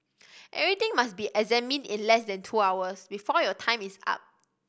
everything must be examined in less than two hours before your time is up